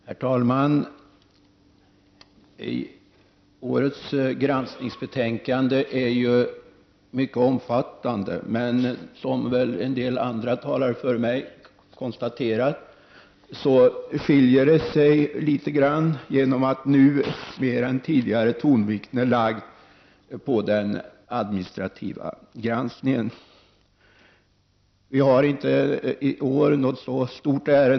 Herr talman! Årets granskningsbetänkande är mycket omfattande men skiljer sig något från de närmast föregående betänkandena genom att man lägger särskild tonvikt vid den administrativa granskningen. Detta har redan konstaterats av några talare.